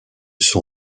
son